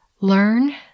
Learn